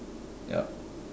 yup